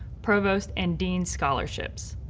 provost and dean's scholarships.